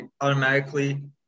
automatically